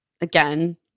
again